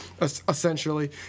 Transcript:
essentially